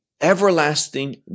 everlasting